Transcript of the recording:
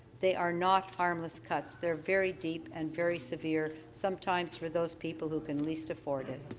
they are not harmless cuts. they're very deep and very severe sometimes for those people who can least afford it.